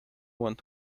want